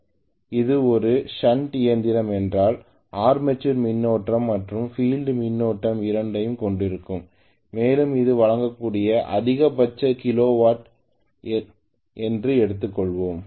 இது ஒரு ஷன்ட் இயந்திரம் என்றால் ஆர்மேச்சர் மின்னோட்டம் மற்றும் பீல்ட் மின்னோட்டம் இரண்டையும் கொண்டிருக்கும் மேலும் இது வழங்கக்கூடிய அதிகபட்ச கிலோ வாட் என்று எடுத்துக்கொள்வோம்